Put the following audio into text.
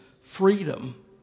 freedom